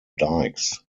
dikes